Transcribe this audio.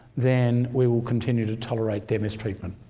then we will continue to tolerate their mistreatment.